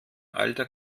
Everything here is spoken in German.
alter